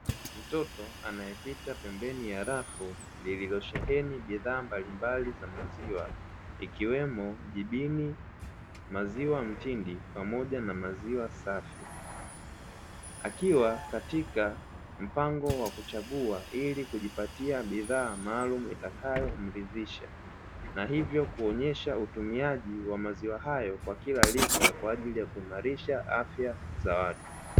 Mtoto anayepita pembeni ya rafu lililosheheni bidhaa mbalimbali za maziwa ikiwemo jibini, maziwa mtindi, pamoja na maziwa safi. Akiwa katika mpango wa kuchagua ili kujipatia bidhaa maalumu itakayomridhisha, na hivyo kuonyesha utumiaji wa maziwa hayo kwa kila rika, kwa ajili ya kuhimarisha afya za watu.